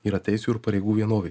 yra teisių ir pareigų vienovė